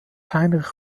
heinrich